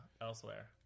elsewhere